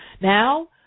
Now